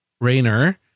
Rayner